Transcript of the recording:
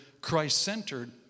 Christ-centered